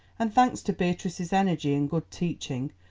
and thanks to beatrice's energy and good teaching,